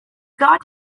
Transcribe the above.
got